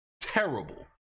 terrible